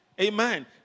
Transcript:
Amen